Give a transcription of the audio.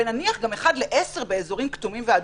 ונניח גם 10:1 באזורים כתומים ואדומים,